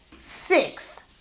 Six